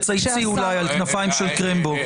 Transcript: תצייצי אולי על "כנפיים של קרמבו",